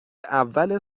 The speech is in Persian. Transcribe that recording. اول